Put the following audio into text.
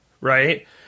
right